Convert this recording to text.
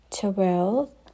twelve